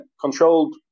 controlled